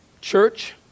church